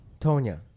Tonya